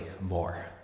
more